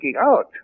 out